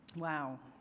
wow,